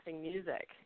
music